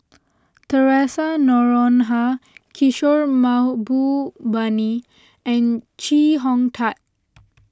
theresa Noronha Kishore Mahbubani and Chee Hong Tat